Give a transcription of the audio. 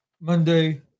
Monday